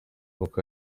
kuko